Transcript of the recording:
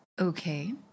Okay